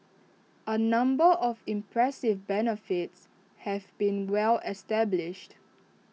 A number of impressive benefits have been well established